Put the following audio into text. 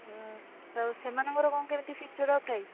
ଆଉ ସେମାନଙ୍କର କ'ଣ କେମିତି ଫିଚର୍